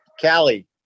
Callie